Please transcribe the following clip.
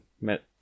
met